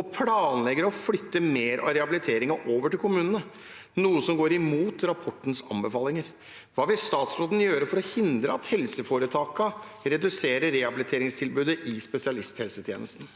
og planlegger å flytte mer av rehabiliteringen over til kommunene, noe som går imot rapportens anbefalinger. Hva vil statsråden gjøre for å hindre at helseforetakene reduserer rehabiliteringstilbudet i spesialisthelsetjenesten?»